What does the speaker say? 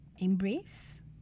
Embrace